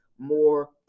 more